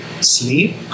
sleep